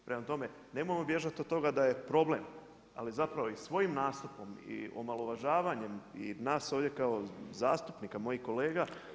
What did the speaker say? Prema tome, nemojmo bježati od toga da je problem, ali zapravo i svojim nastupom i omalovažavanjem i nas ovdje kao zastupnika mojih kolega